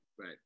Right